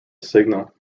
signal